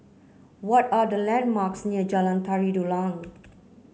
what are the landmarks near Jalan Tari Dulang